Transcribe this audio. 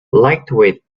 lightweight